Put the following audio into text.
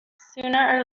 sooner